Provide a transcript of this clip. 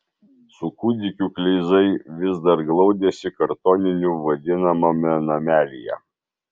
su kūdikiu kleizai vis dar glaudėsi kartoniniu vadinamame namelyje